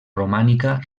romànica